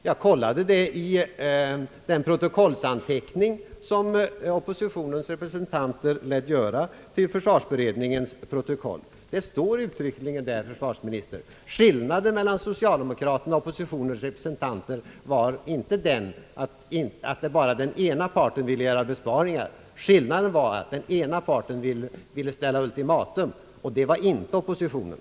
Jag har kontrollerat detta i den protokollsanteckning, som oppositionens represenianter lät göra i försvarsutredningens protokoll. Det står uttryckligen angivet där, herr försvarsminister! Skillnaden mellan socialdemokraternas och oppositionens representanter var inte den, att bara den ena parten ville göra besparingar. Skillnaden var att den ena parten ville ställa ultimatum -— och det var inte oppositionen.